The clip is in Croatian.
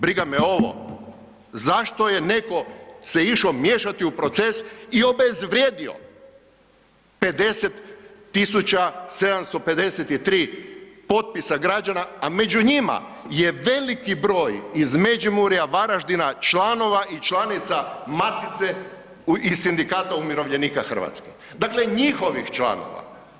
Briga me ovo, zašto je neko se išo miješati u proces i obezvrijedio 50753 potpisa građana, a među njima je veliki broj iz Međimurja, Varaždina, članova i članica Matice i Sindikata umirovljenika Hrvatske, dakle njihovih članova.